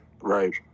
Right